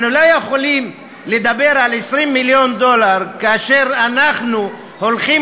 אנחנו לא יכולים לדבר על 20 מיליון דולר כאשר אנחנו הולכים